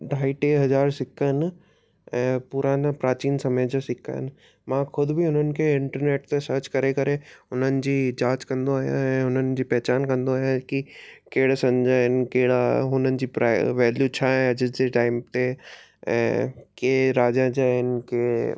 ढाई टे हज़ार सिका आहिनि ऐं पुराणा प्राचीन समय जा सिका आहिनि मां ख़ुदि बि हुननि खे इंटरनेट ते सर्च करे करे उन्हनि जी जांच कंदो आहियां ऐं हुननि जी पहचान कंदो आहियां की कहिड़े सन जा आहिनि कहिड़ा हुननि जी वैल्यू छा आहे अॼ जे टाइम ते ऐं के राजा जा आहिनि की